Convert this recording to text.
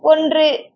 ஒன்று